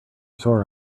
sore